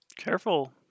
Careful